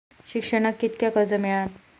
शिक्षणाक कीतक्या कर्ज मिलात?